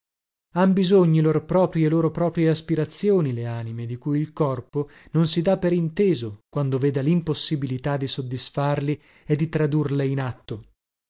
han bisogni lor proprii e loro proprie aspirazioni le anime di cui il corpo non si dà per inteso quando veda limpossibilità di soddisfarli e di tradurle in atto